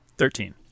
Thirteen